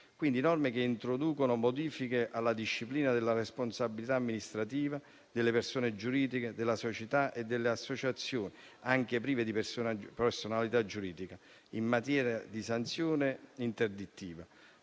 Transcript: quindi di norme che introducono modifiche alla disciplina della responsabilità amministrativa delle persone giuridiche, delle società e delle associazioni anche prive di personalità giuridica, in materia di sanzione interdittiva,